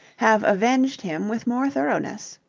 have avenged him with more thoroughness.